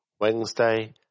Wednesday